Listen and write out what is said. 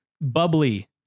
bubbly